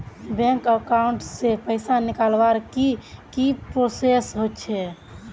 Bank account से पैसा निकालवर की की प्रोसेस होचे?